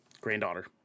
granddaughter